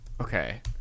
okay